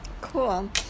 Cool